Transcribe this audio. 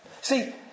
See